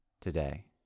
today